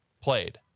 played